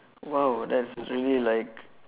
!wow! that's really like